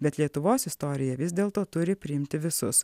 bet lietuvos istorija vis dėlto turi priimti visus